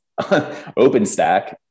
OpenStack